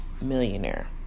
millionaire